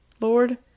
Lord